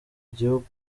gihugu